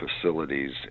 facilities